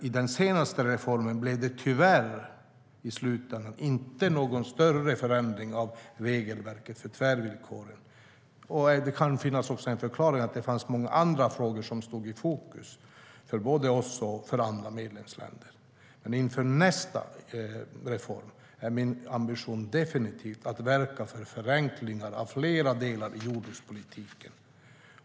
I den senaste reformen blev det i slutändan tyvärr inte någon större förändring av regelverket för tvärvillkoren. Det kan finnas en förklaring, nämligen att det även fanns många andra frågor som stod i fokus för både oss och andra medlemsländer. Men inför nästa reform är min ambition definitivt att verka för förenklingar av flera delar i jordbrukspolitiken.